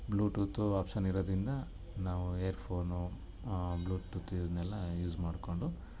Bluetooth option ಇರೋದರಿಂದ ನಾವು earphone bluetooth ಇದನ್ನೆಲ್ಲಾ ಯೂಸ್ ಮಾಡಿಕೊಂಡು